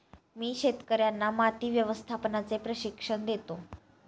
मी शेतकर्यांना माती व्यवस्थापनाचे प्रशिक्षण देतो